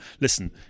listen